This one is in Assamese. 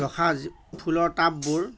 ৰখা ফুলৰ টাববোৰ